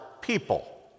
people